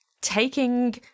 taking